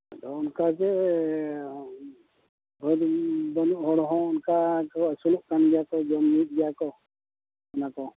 ᱟᱫᱚ ᱚᱱᱠᱟᱜᱮ ᱵᱟᱹᱫᱽ ᱵᱟᱹᱱᱩᱜ ᱦᱚᱲ ᱦᱚᱸ ᱚᱱᱠᱟ ᱠᱚ ᱟᱹᱥᱩᱞᱚᱜ ᱠᱟᱱ ᱜᱮᱭᱟᱠᱚ ᱡᱚᱢ ᱧᱩᱭᱮᱫ ᱜᱮᱭᱟᱠᱚ ᱚᱱᱟᱠᱚ